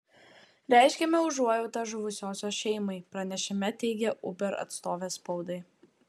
reiškiame užuojautą žuvusiosios šeimai pranešime teigė uber atstovė spaudai